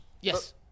Yes